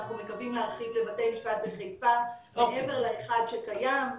אנחנו מקווים להרחיב לבתי משפט בחיפה מעבר לאחד שקיים.